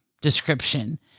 description